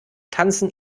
tanzen